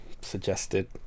suggested